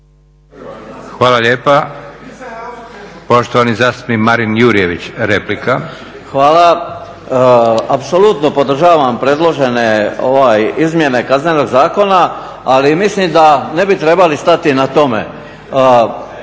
Hvala lijepa. Poštovani zastupnik Marin Jurjević, replika. **Jurjević, Marin (SDP)** Hvala. Apsolutno podržavam predložene Izmjene Kaznenog zakona ali mislim da ne bi trebali stati na tome.